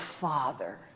Father